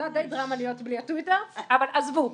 זה היה דיי דרמה להיות בלי הטוויטר, אבל עזבו.